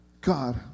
God